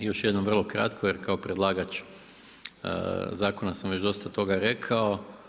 Još jednom, vrlo kratko jer kao predlagač zakona sam već dosta toga rekao.